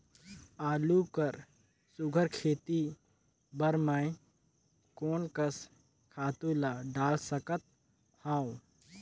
आलू कर सुघ्घर खेती बर मैं कोन कस खातु ला डाल सकत हाव?